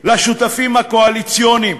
לשותפים הקואליציוניים.